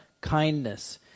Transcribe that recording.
kindness